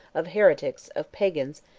of heretics, of pagans,